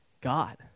God